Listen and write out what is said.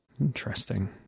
Interesting